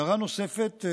הערה נוספת,